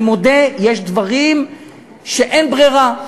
אני מודה, יש דברים שאין ברירה.